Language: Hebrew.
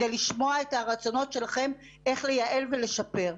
כדי לשמוע את הרצונות שלכם איך לייעל ולשפר.